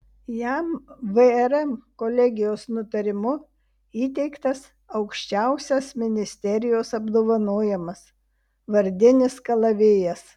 jam vrm kolegijos nutarimu įteiktas aukščiausias ministerijos apdovanojimas vardinis kalavijas